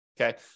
Okay